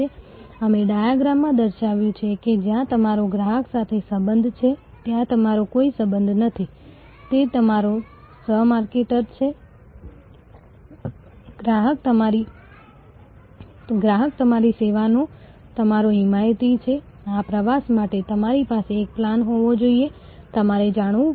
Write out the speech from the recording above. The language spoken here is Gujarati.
B2B માર્કેટિંગ અથવા ઉચ્ચ મૂલ્યના માર્કેટિંગમાં અમે નેટવર્ક માર્કેટિંગ તરીકે ઓળખાતી વસ્તુ પણ પીકઅપ કરીએ છીએ જ્યાં વાસ્તવમાં આપણી પાસે માત્ર સેવા સંસ્થા તરફથી જ નથી